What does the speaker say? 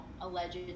alleged